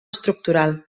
estructural